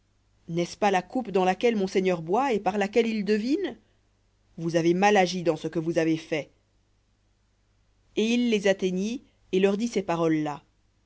n'est-ce pas la dans laquelle mon seigneur boit et par laquelle il devine vous avez mal agi dans ce que vous avez fait et il les atteignit et leur dit ces paroles là et